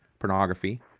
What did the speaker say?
pornography